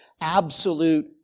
absolute